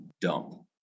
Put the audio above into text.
dump